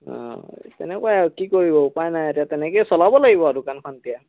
অ' তেনেকুৱাই আৰু কি কৰিব উপায় নাই এতিয়া তেনেকেই চলাব লাগিব দোকানখন এতিয়া